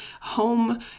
home